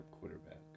quarterback